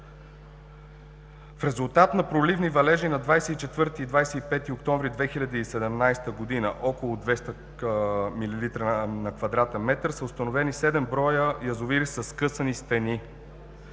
В резултат на проливни валежи на 24 и 25 октомври 2017 г. около 200 литра на квадратен метър, са установени седем броя язовири със скъсани стени: